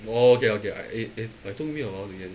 oh okay okay I it it took me a while to get it